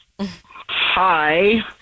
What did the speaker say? Hi